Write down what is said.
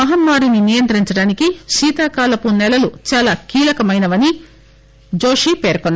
మహమ్మా రిని నియంత్రించడానికి శీతాకాలపు నెలలు చాలా కీలకమైనవని జోషి పేర్కొన్నారు